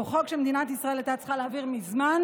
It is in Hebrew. זהו חוק שמדינת ישראל הייתה צריכה להעביר מזמן,